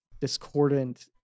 discordant